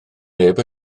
neb